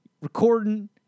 recording